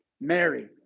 Mary